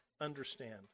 understand